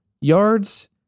yards